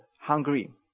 Hungary